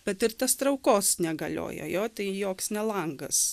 bet ir tas traukos negalioja jo tai joks ne langas